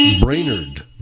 Brainerd